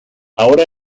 ahora